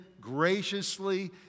graciously